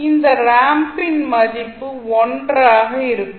அந்த ரேம்ப் ன் மதிப்பை 1 ஆக இருக்கும்